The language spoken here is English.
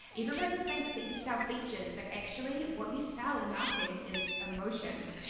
everybody thinks that you sell features, but actually, what you sell in marketing is emotions.